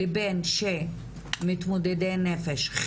לבין מתמודדי נפש,